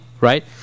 Right